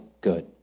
good